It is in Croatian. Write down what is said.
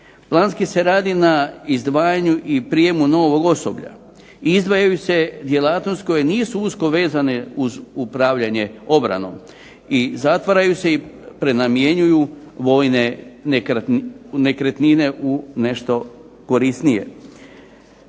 Planski se radi na izdvajanju i prijemu novog osoblja. Izdvajaju se djelatnosti koje nisu usko vezane uz upravljanje obranom i zatvaraju se i prenamjenjuju vojne nekretnine u nešto korisnije.